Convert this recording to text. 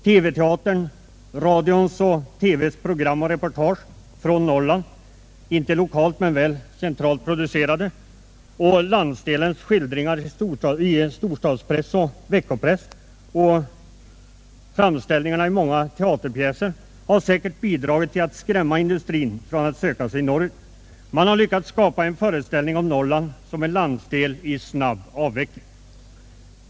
TV-teaterns, radions och TV:ns program och reportage från Norrland, inte lokalt men centralt producerade, och skildringar om landsbygden i storstadspressen och veckopressen samt framställningarna i många teaterpjäser har säkert bidragit till att skrämma industrin från att söka sig norrut. Man har lyckats skapa en föreställning om Norrland som en landsdel i snabb avveckling.